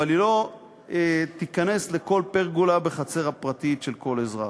אבל היא לא תיכנס לכל פרגולה בחצר הפרטית של כל אזרח.